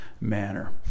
manner